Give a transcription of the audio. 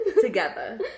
Together